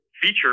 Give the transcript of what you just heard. feature